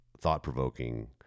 thought-provoking